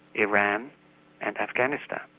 iran and afghanistan.